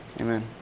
Amen